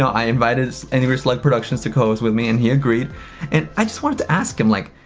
i invited angry slug productions to co-host with me and he agreed and i just wanted to ask him, like.